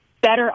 better